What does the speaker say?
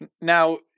Now